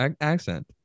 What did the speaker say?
accent